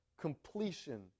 completion